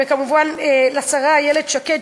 וכמובן לשרה איילת שקד,